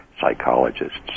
psychologists